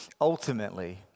Ultimately